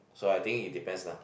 so I think it depends lah